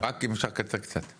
אם אפשר, קצת לקצר.